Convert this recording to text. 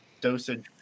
dosage